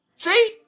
See